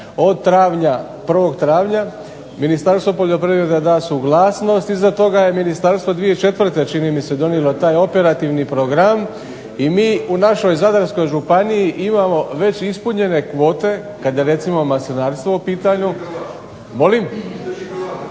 od 1. travnja, Ministarstvo poljoprivrede da suglasnost. Iza toga je ministarstvo 2004. čini mi se donijelo taj Operativni program i mi u našoj Zadarskoj županiji imamo već ispunjene kvote kad je recimo maslinarstvo u pitanju…